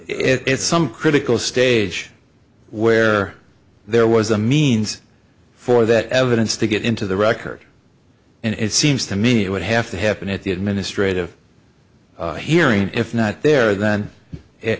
s some critical stage where there was a means for that evidence to get into the record and it seems to me it would have to happen at the administrative hearing if not there